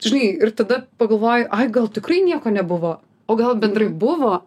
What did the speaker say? žinai ir tada pagalvoji ai gal tikrai nieko nebuvo o gal bendrai buvo